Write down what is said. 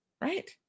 Right